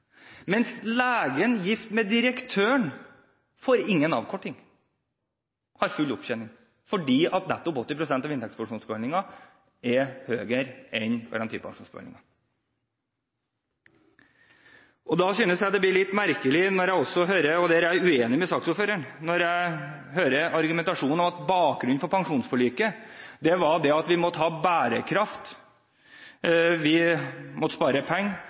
mens legen gift med direktøren ikke får noen avkorting, men har full opptjening nettopp fordi 80 pst. av inntektspensjonsbeholdningen er høyere enn garantipensjonsbeholdningen. Da synes jeg det blir litt merkelig – og der er jeg uenig med saksordføreren – å høre argumentasjonen om at bakgrunnen for pensjonsforliket var at vi måtte ha bærekraft. Vi måtte spare penger.